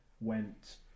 went